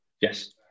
Yes